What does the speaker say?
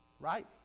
Right